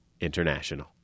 International